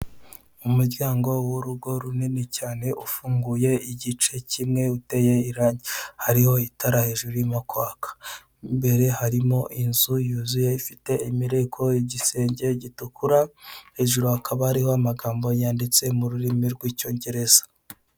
Umuryango wurugo runini cyane ufunguye igice kimwe uteye irange hariho itara hejuru ririmo kwaka mimbere harimo inzu yuzuye ifite imireko igisenge gitukura hejuru hakaba hariho amagambo yanditse mururimi rw'icyongereza.